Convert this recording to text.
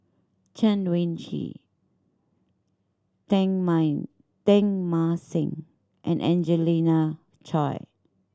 Chen Wen Hsi Teng Mine Teng Mah Seng and Angelina Choy